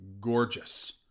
gorgeous